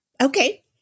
Okay